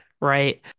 right